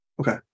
Okay